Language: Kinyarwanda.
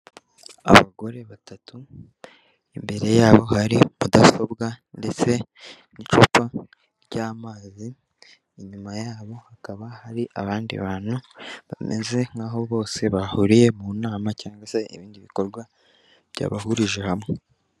Abagore batatu imbere yabo hari mudasobwa ndetse n'icupa ry'amazi, inyuma yabo hakaba hari abandi bantu bameze nk'aho bose bahuriye mu nama cyangwa se ibindi bikorwa byabahurije hamwe.